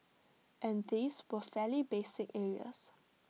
and these were fairly basic areas